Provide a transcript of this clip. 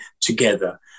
together